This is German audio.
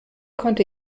konnte